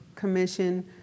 commission